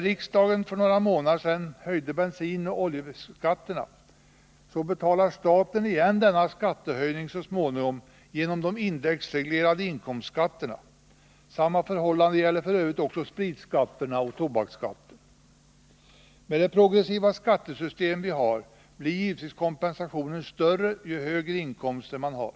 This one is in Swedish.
Riksdagen höjde för några månader sedan bensinoch oljeskatterna, men staten betalar igen denna skattehöjning så småningom genom de indexreglerade inkomstskatterna. Samma förhållande gäller f. ö. också spritskatterna och tobaksskatten. Med det progressiva skattesystem vi har blir givetvis kompensationen större ju högre inkomster man har.